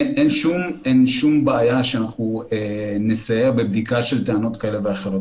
אין שום בעיה שנסייע בבדיקה של טענות כאלה ואחרות,